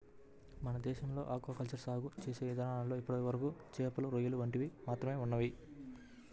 మన దేశంలో aquaculture సాగు చేసే ఇదానాల్లో ఇప్పటివరకు చేపలు, రొయ్యలు వంటివి మాత్రమే ఉన్నయ్